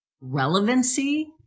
relevancy